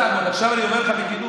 עכשיו, אני אומר לך בכנות: